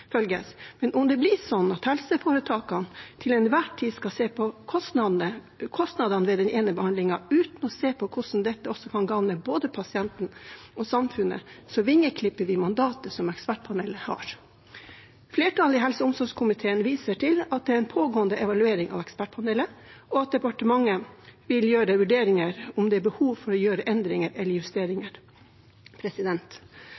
Men om det blir slik at helseforetakene til enhver tid skal se på kostnadene ved den ene behandlingen uten å se på hvordan dette også kan gagne både pasienten og samfunnet, vingeklipper vi mandatet som ekspertpanelet har. Flertallet i helse- og omsorgskomiteen viser til at det er en pågående evaluering av ekspertpanelet, og at departementet vil gjøre en vurdering av om det er behov for å gjøre endringer eller